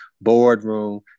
boardroom